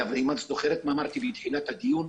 אבל אם את זוכרת את מה שאמרתי בתחילת הדיון,